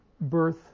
birth